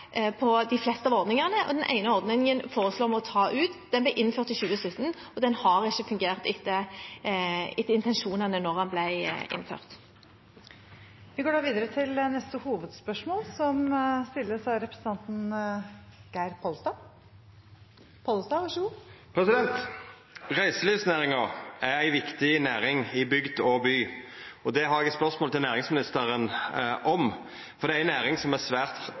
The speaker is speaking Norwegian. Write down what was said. på de fleste ordningene, og den ene ordningen foreslår vi å ta ut. Den ble innført i 2017, og den har ikke fungert etter intensjonene da den ble innført. Vi går videre til neste hovedspørsmål. Reiselivsnæringa er ei viktig næring i bygd og by, og det har eg eit spørsmål til næringsministeren om, for det er ei næring som er svært